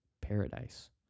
paradise